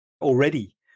already